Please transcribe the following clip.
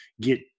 get